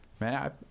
man